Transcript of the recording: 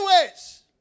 ways